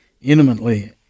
intimately